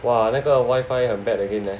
哇那个 wifi 很 bad again leh